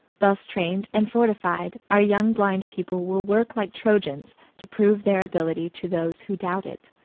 thus trained and fortified, our young blind people will work like trojans to prove their ability to those who doubt it,